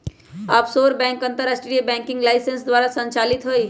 offshore bank अंतरराष्ट्रीय banking licence द्वारा संचालित हइ